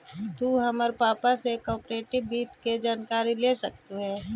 तु हमर पापा से कॉर्पोरेट वित्त के जानकारी ले सकलहुं हे